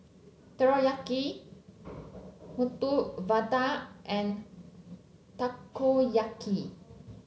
Teriyaki Medu Vada and Takoyaki